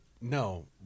no